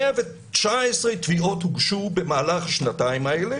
119 תביעות הוגשו במהלך השנתיים האלה.